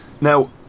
Now